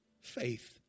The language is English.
Faith